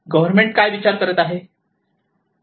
government काय विचार करत आहे